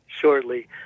shortly